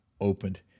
opened